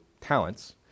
talents